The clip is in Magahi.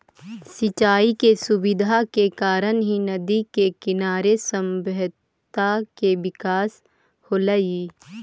सिंचाई के सुविधा के कारण ही नदि के किनारे सभ्यता के विकास होलइ